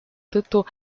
tõttu